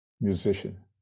musician